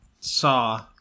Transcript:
Saw